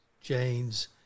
Jane's